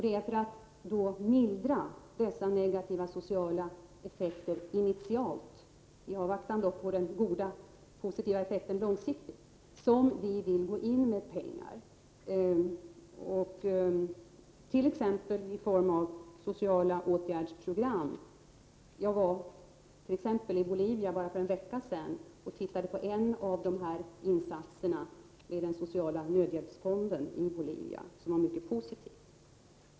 Det är för att initialt mildra dessa negativa sociala effekter, i avvaktan på den goda långsiktigt positiva effekten, som vi exempelvis vill gå in med pengar till sociala åtgärdsprogram. Jag var för endast en vecka sedan i Bolivia och studerade en av de insatserna, den sociala nödhjälpsfonden i Bolivia, vilken gav ett mycket positivt intryck.